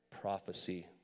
prophecy